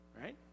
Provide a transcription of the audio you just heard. right